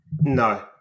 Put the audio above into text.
no